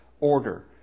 order